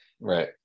Right